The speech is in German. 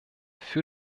für